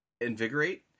Invigorate